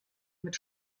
mit